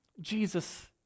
Jesus